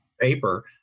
paper